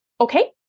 Okay